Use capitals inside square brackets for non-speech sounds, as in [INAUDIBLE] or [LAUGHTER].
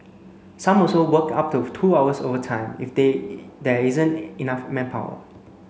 some also work up to two hours overtime if [UNINTELLIGIBLE] there isn't enough manpower